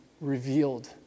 revealed